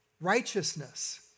righteousness